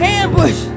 ambush